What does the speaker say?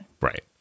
Right